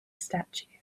statue